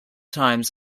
times